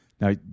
Now